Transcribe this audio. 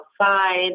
outside